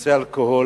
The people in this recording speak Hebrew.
בנושא אלכוהול,